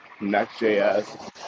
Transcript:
Next.js